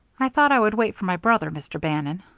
i thought i would wait for my brother, mr. bannon.